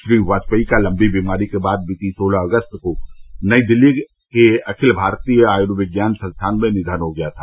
श्री वाजपेयी का लम्बी बीमारी के बाद बीती सोलह अगस्त को नई दिल्ली के अखिल भारतीय आयुर्विज्ञान संस्थान में निधन हो गया था